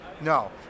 No